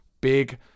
big